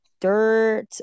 dirt